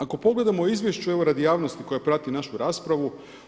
Ako pogledamo u izvješću, evo radi javnosti koja prati našu raspravu.